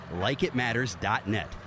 LikeItMatters.net